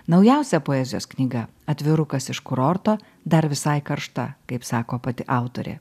naujausia poezijos knyga atvirukas iš kurorto dar visai karšta kaip sako pati autorė